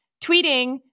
tweeting